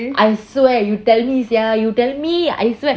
I swear you tell me sia you tell me I swear